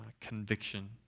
conviction